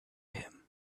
him